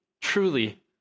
truly